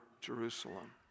Jerusalem